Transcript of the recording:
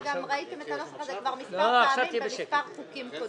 ראיתם את הנוסח הזה כבר מספר פעמים במספר חוקים קודמים,